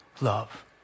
love